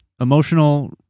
emotional